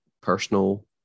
personal